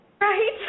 Right